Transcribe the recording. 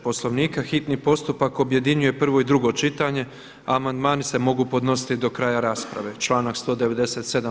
Poslovnika hitni postupak objedinjuje prvo i drugo čitanje a amandmani se mogu podnositi do kraja rasprave, članak 197.